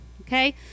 Okay